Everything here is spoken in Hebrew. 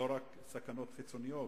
לא רק סכנות חיצוניות,